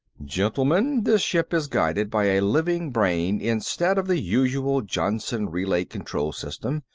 gentlemen, this ship is guided by a living brain instead of the usual johnson relay-control system.